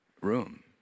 room